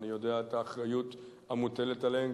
אני יודע את האחריות המוטלת עליהם.